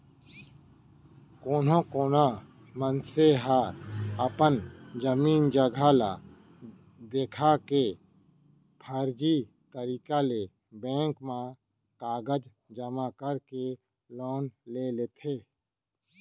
कोनो कोना मनसे ह अपन जमीन जघा ल देखा के फरजी तरीका ले बेंक म कागज जमा करके लोन ले लेथे